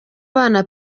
bana